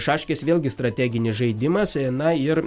šaškės vėlgi strateginis žaidimas na ir